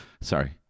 Sorry